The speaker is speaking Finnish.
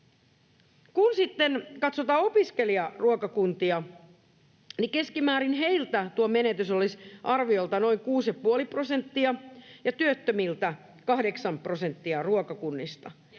Kun sitten katsotaan opiskelijaruokakuntia, keskimäärin heiltä tuo menetys olisi arviolta noin 6,5 prosenttia ja työttömiltä ruokakunnilta